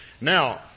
now